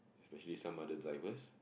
especially some other drivers